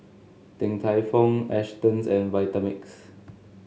Din Tai Fung Astons and Vitamix